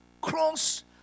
cross